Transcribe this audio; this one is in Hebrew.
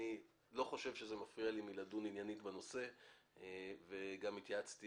אני לא חושב שזה מפריע לי מלדון עניינית בנושא וגם התייעצתי